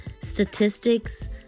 statistics